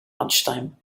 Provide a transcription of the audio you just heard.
lunchtime